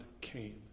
came